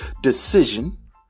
decision